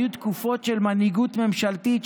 היו תקופות של מנהיגות ממשלתית,